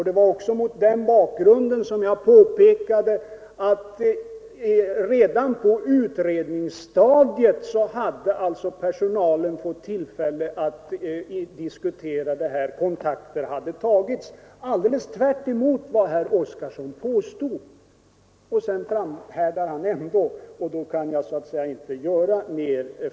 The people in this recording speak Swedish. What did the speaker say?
Det var mot den bakgrunden jag påpekade att personalen redan på utredningsstadiet hade getts tillfälle att diskutera frågorna. Kontakter har således tagits, tvärtemot vad herr Oskarson påstod. Ändå framhärdar han.